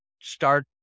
start